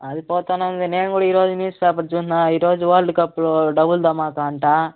అది పోతానే ఉంది నేను కూడా ఈరోజు న్యూస్పేపర్ చూసిన ఈరోజు వరల్డ్ కప్ డబల్ ధమాకా అంట